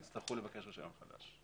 יצטרכו לבקש רישיון חדש.